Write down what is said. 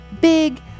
big